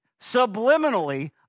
subliminally